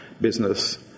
business